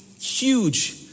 huge